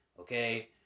Okay